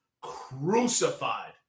crucified